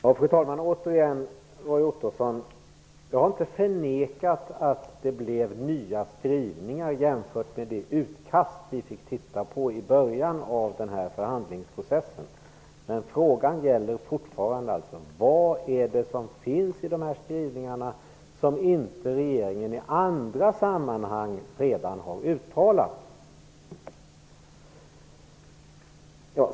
Fru talman! Återigen vill jag säga till Roy Ottosson att jag inte har förnekat att det blev nya skrivningar jämfört med det utkast vi fick titta på i början av den här förhandlingsprocessen. Men frågan gäller alltså fortfarande vad det är i dessa skrivningar som inte regeringen i andra sammanhang redan har uttalat.